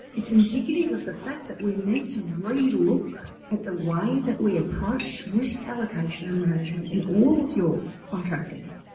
it's indicative of the fact that we need to re-look at the way that we approach risk allocation and management in all of your contracting